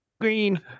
green